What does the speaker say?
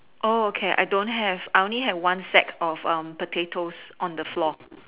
oh okay I don't have I only have one sack of potatoes on the floor